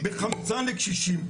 בחמצן לקשישים,